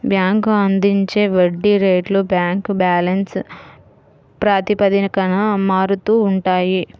bank అందించే వడ్డీ రేట్లు బ్యాంక్ బ్యాలెన్స్ ప్రాతిపదికన మారుతూ ఉంటాయి